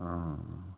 हाँ हाँ